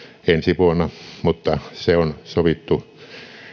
ensi vuonna mutta se on sovittu